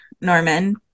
Norman